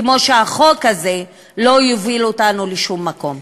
כמו שהחוק הזה לא יוביל אותנו לשום מקום.